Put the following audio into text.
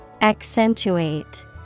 Accentuate